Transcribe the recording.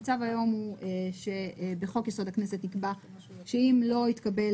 המצב היום הוא שבחוק-יסוד: הכנסת נקבע שאם לא יתקבל